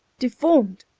deformed!